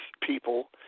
people